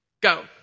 go